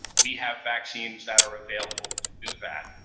we have vaccines that are available to do that.